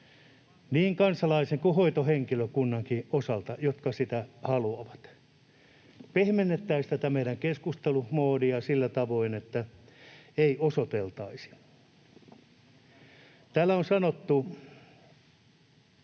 niiden kansalaisten kuin hoitohenkilökunnankin, jotka sitä haluavat. Pehmennettäisiin tätä meidän keskustelumoodia sillä tavoin, että ei osoiteltaisi. Täällä on sanottu